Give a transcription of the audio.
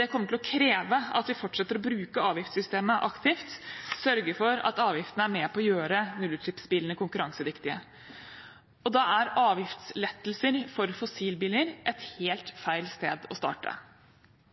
Det kommer til å kreve at vi fortsetter å bruke avgiftssystemet aktivt, sørge for at avgiftene er med på å gjøre nullutslippsbilene konkurransedyktige. Da er avgiftslettelser for fossilbiler et helt